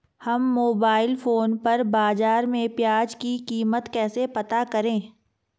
हम mobile phone पर बाज़ार में प्याज़ की कीमत कैसे पता करें?